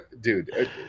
Dude